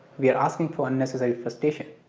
we are asking for unnecessary frustration.